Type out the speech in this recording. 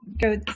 go